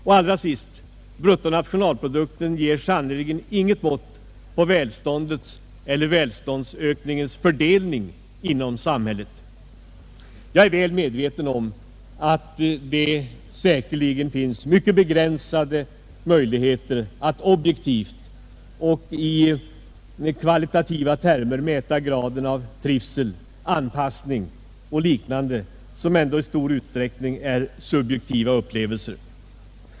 Och allra sist: bruttonationalprodukten ger sannerligen inte något mått på välståndets eller välståndsökningens fördelning inom samhället. Jag är väl medveten om att det säkerligen finns mycket begränsade möjligheter att objektivt och i kvantitativa termer mäta graden av trivsel, anpassning och liknande som ändå i stor utsträckning är subjektiva upplevelser.